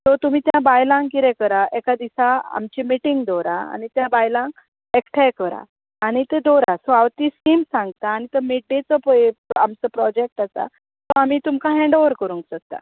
so तुमी त्या बायलांक कितें करात एका दिसा आमची मिटींग दवरात आनी त्या बायलांक एकठांय करात आनी ती दवरात सो हांव ती स्कीम सांगतां आनी तो मिड डेचो पळय आमचो प्रोजेक्ट आसा तो आमी तुमकां हॅण्ड ओवर करूंक सोदता